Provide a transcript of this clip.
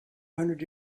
hundred